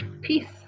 peace